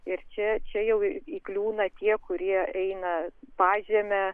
ir čia čia jau įkliūna tie kurie eina pažeme